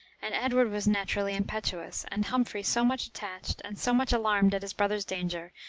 and edward was naturally impetuous, and humphrey so much attached, and so much alarmed at his brother's danger,